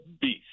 beast